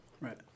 Right